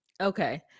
Okay